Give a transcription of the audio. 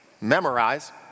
memorize